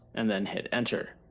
and then hit enter.